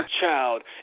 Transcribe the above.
Child